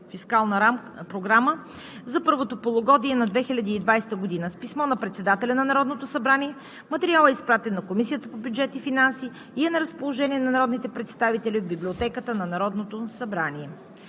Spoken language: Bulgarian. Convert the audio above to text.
фискална програма за първото полугодие на 2020 г. С писмо на председателя на Народното събрание материалът е изпратен на Комисията по бюджет и финанси и е на разположение на народните представители в Библиотеката на Народното събрание.